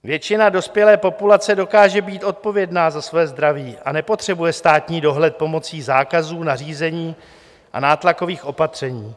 Většina dospělé populace dokáže být odpovědná za svoje zdraví a nepotřebuje státní dohled pomocí zákazů, nařízení a nátlakových opatření.